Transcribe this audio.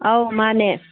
ꯑꯧ ꯃꯥꯅꯦ